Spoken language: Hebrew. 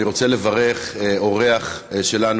אני רוצה לברך אורח שלנו.